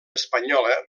espanyola